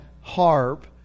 harp